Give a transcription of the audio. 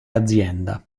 azienda